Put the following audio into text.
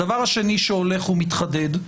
הדבר השני שהולך ומתחדד,